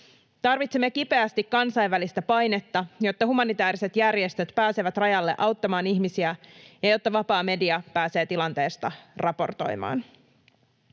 Tarvitsemme kipeästi kansainvälistä painetta, jotta humanitääriset järjestöt pääsevät rajalle auttamaan ihmisiä ja jotta vapaa media pääsee tilanteesta raportoimaan.